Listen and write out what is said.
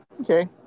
Okay